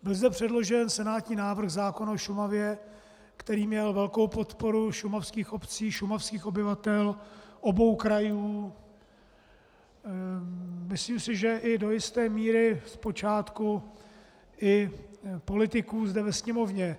Byl zde předložen senátní návrh o Šumavě, který měl velkou podporu šumavských obcí, šumavských obyvatel, obou krajů, myslím si, že do jisté míry zpočátku i politiků zde ve Sněmovně.